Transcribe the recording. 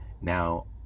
Now